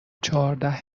چهارده